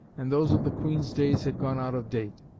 and those of the queen's days had gone out of date.